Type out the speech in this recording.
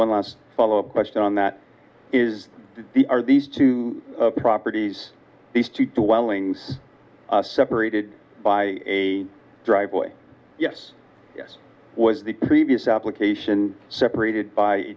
one last follow up question on that is the are these two properties these two dwellings separated by a driveway yes this was the previous application separated by a